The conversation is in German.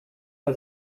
bei